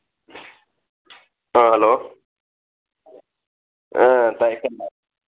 ꯑ ꯍꯂꯣ ꯑ ꯇꯥꯏ ꯇꯥꯏ